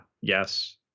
Yes